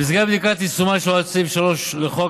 במסגרת בדיקת יישומה של הוראת סעיף 3 לחוק,